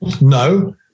No